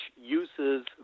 uses